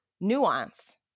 nuance